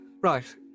Right